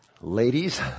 Ladies